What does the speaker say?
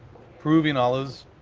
peruvian olives.